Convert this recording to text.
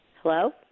Hello